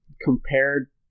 compared